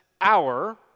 hour